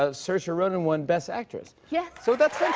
ah saoirse yeah ronan won best actress. yes. so that's